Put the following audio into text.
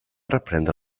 reprendre